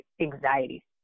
anxiety